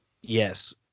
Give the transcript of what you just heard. Yes